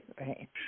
right